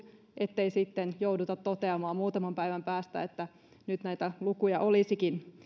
ettei sitten jouduta toteamaan muutaman päivän päästä että nyt näitä lukuja olisikin